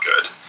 good